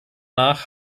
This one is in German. nach